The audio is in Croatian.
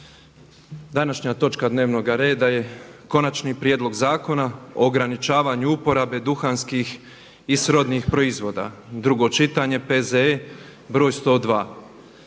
(MOST)** Sljedeći je Konačni prijedlog zakona o ograničavanju uporabe duhanskih i srodnih proizvoda, drugo čitanje, P.Z.E. br. 102.